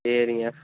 சரிங்க